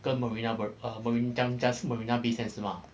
跟 marina bar~ err marine~ gun~ jus~ marina bay sands 是吗